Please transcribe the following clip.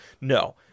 No